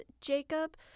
Jacob